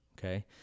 Okay